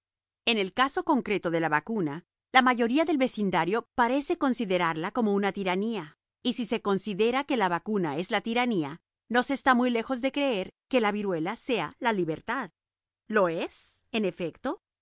en el caso concreto de la vacuna la mayoría del vecindario parece considerarla como una tiranía y si se considera que la vacuna es la tiranía no se está muy lejos de creer que la viruela sea la libertad lo es en efecto